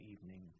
evening